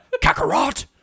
Kakarot